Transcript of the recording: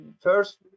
first